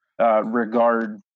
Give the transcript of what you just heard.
regard